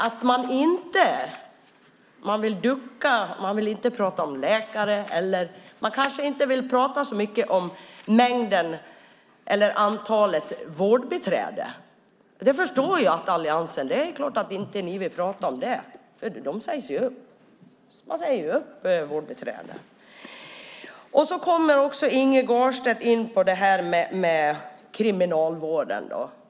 Att man vill ducka, inte prata så mycket om läkare eller om antalet vårdbiträden, förstår jag. Det är klart att alliansen inte vill prata om dem, för de sägs ju upp. Sedan kommer Inge Garstedt även in på kriminalvården.